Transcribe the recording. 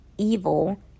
evil